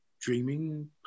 dreaming